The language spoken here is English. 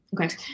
Okay